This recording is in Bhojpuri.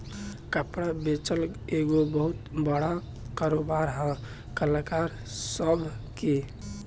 कपड़ा बेचल एगो बहुते बड़का कारोबार है कलाकार सभ के